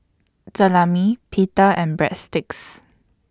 Salami Pita and Breadsticks